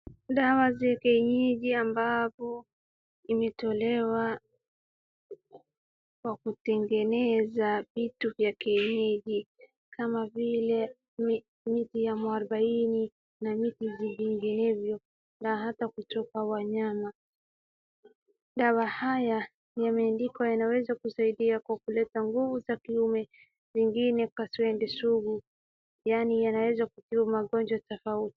Dawa za vienyeji aambayo imtolewa kwa kutengeneza vitu vya kienyeji kama vile mti ya mwaraubaini na mti vinginevyo na hata kutoka wanyama, dawa haya imeandikwa inaeza kusaidia kuleta nguvu za kiume zingine kaswende sugu , yani yanaweza kutibu ugonjwa tofauti.